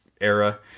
era